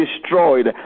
destroyed